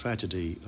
Tragedy